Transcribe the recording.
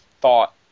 thought